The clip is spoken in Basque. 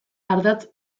ardatz